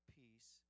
peace